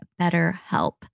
BetterHelp